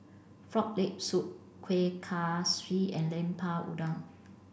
frog leg soup Kuih Kaswi and Lemper Udang